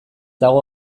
dago